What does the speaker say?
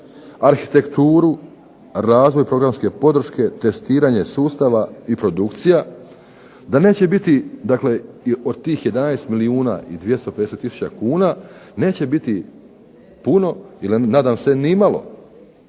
arhitekturu, razvoj programske podrške, testiranje sustava i produkcija da neće biti od tih 11 milijuna i 250 tisuća kuna neće biti puno, nadam se nimalo